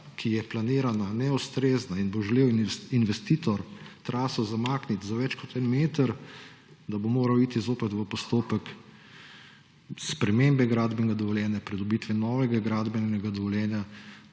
ki je planirana, neustrezna in bo želel investitor traso zamakniti za več kot en meter, da bo moral iti zopet v postopek spremembe gradbenega dovoljenja, pridobitve novega gradbenega dovoljenja.